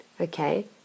Okay